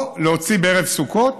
או להוציא בערב סוכות,